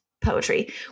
poetry